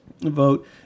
vote